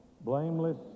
blameless